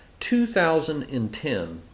2010